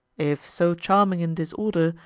if so charming in disorder,